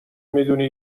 میدونی